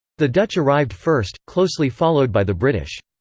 the dutch arrived first, closely followed by the british.